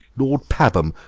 lord pabham,